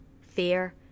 fear